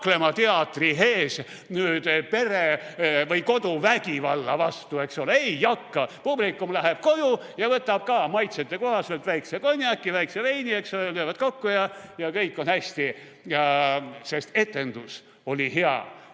kaklema teatri ees pere- või koduvägivalla vastu, eks ole. Ei hakka. Publik läheb koju ja võtab ka maitsete kohaselt väikese konjaki, väikse veini, löövad klaase kokku ja kõik on hästi, sest etendus oli hea.